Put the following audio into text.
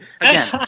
again